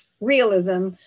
realism